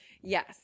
Yes